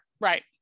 Right